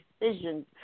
decisions